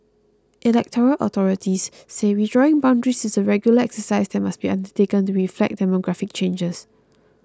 electoral authorities say redrawing boundaries is a regular exercise that must be undertaken to reflect demographic changes